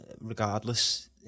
regardless